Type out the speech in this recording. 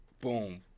Boom